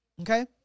Okay